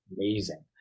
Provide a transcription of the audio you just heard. amazing